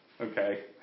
okay